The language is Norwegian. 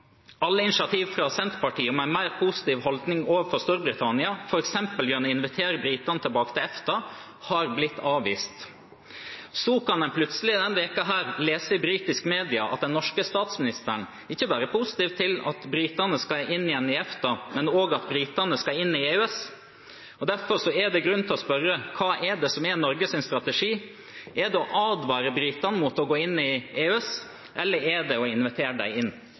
initiativ fra Senterpartiet om en mer positiv holdning overfor Storbritannia, f.eks. gjennom å invitere britene tilbake til EFTA, har blitt avvist. Så kan en plutselig denne uken lese i britiske medier at den norske statsministeren ikke bare er positiv til at britene skal inn igjen i EFTA, men til at britene også skal inn i EØS. Derfor er det grunn til å spørre: Hva er det som er Norges strategi? Er det å advare britene mot å gå inn i EØS, eller er det å invitere dem inn?